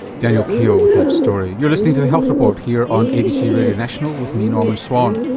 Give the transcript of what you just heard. daniel keogh with that story. you're listening to the health report here on abc radio national with me norman swan